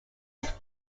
his